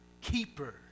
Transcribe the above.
keeper